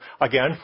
Again